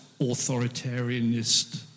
authoritarianist